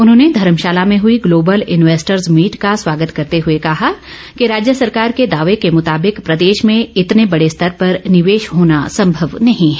उन्होंने धर्मशाला में हुई ग्लोबल इन्वेस्टर्स मीट का स्वागत करते हुए कहा कि राज्य सरकार के दावे के मुताबिक प्रदेश में इतने बड़े स्तर पर निवेश होना सम्भव नहीं है